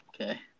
Okay